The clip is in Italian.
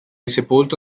sepolto